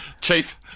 Chief